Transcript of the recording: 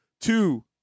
Two